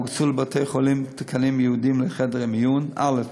הוקצו לבתי-חולים תקנים ייעודיים לחדרי מיון: א.